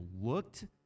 looked